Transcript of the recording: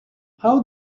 how